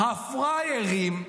הפראיירים,